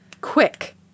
quick